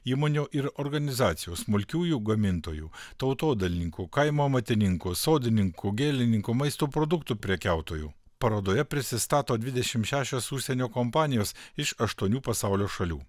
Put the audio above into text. įmonių ir organizacijų smulkiųjų gamintojų tautodailininkų kaimo amatininkų sodininkų gėlininkų maisto produktų prekiautojų parodoje prisistato dvidešimt šešios užsienio kompanijos iš aštuonių pasaulio šalių